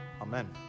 Amen